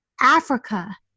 Africa